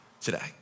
today